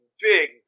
big